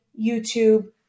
YouTube